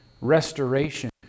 restoration